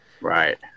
Right